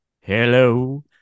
Hello